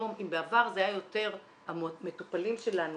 אם בעבר מטופלים שלנו